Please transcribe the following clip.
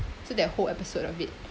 so that whole episode of it